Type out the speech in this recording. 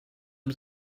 mit